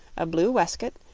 a blue waistcoat,